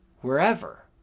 wherever